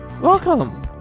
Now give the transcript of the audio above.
Welcome